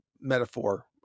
Metaphor